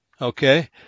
Okay